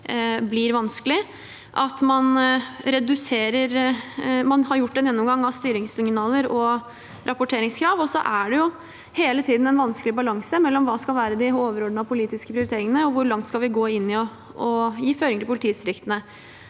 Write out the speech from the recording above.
blir vanskelig. Man har gjort en gjennomgang av styringssignaler og rapporteringskrav. Det er hele tiden en vanskelig balanse mellom hva som skal være de overordnede politiske prioriteringene, og hvor langt vi skal gå inn og gi føringer til politidistriktene.